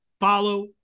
follow